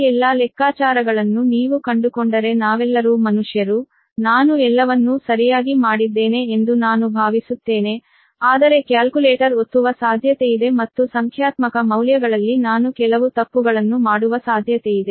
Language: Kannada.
ಈ ಎಲ್ಲಾ ಲೆಕ್ಕಾಚಾರಗಳನ್ನು ನೀವು ಕಂಡುಕೊಂಡರೆ ನಾವೆಲ್ಲರೂ ಮನುಷ್ಯರು ನಾನು ಎಲ್ಲವನ್ನೂ ಸರಿಯಾಗಿ ಮಾಡಿದ್ದೇನೆ ಎಂದು ನಾನು ಭಾವಿಸುತ್ತೇನೆ ಆದರೆ ಕ್ಯಾಲ್ಕುಲೇಟರ್ ಒತ್ತುವ ಸಾಧ್ಯತೆಯಿದೆ ಮತ್ತು ಸಂಖ್ಯಾತ್ಮಕ ಮೌಲ್ಯಗಳಲ್ಲಿ ನಾನು ಕೆಲವು ತಪ್ಪುಗಳನ್ನು ಮಾಡುವ ಸಾಧ್ಯತೆಯಿದೆ